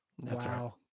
Wow